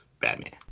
Batman